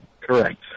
Correct